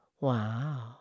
Wow